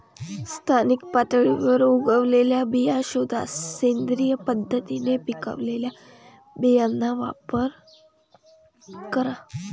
स्थानिक पातळीवर उगवलेल्या बिया शोधा, सेंद्रिय पद्धतीने पिकवलेल्या बियांचा वापर करा